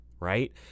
right